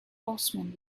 horsemen